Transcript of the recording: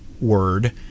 word